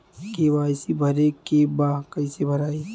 KYC भरे के बा कइसे भराई?